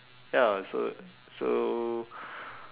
ya so so